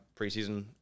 preseason